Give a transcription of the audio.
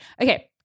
okay